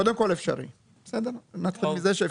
קודם כל אפשרי, נתחיל מזה שאפשר.